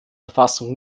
verfassung